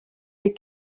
les